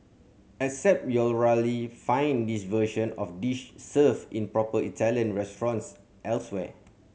except you'll rarely find this version of dish served in proper Italian restaurants elsewhere